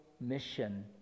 mission